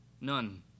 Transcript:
none